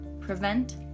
prevent